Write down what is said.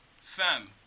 fam